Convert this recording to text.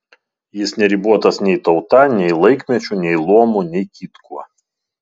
jis neribotas nei tauta nei laikmečiu nei luomu nei kitkuo